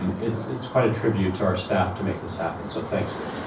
um it's it's quite a tribute to our staff to make this happen, so thanks, dave.